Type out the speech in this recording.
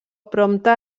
prompte